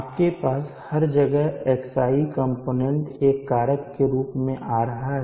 आपके पास हर जगह xi कंपोनेंट एक कारक के रूप में आ रहा है